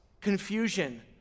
confusion